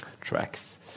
tracks